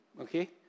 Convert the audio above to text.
Okay